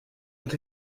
ont